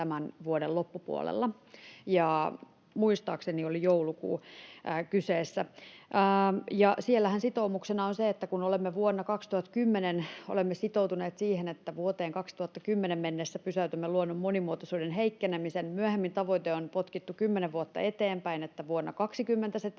tämän vuoden loppupuolella, muistaakseni oli joulukuu kyseessä. Siellähän sitoumuksena on se, että kun olemme sitoutuneet siihen, että vuoteen 2010 mennessä pysäytämme luonnon monimuotoisuuden heikkenemisen, ja myöhemmin tavoite on potkittu kymmenen vuotta eteenpäin, että vuonna 20